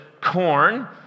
corn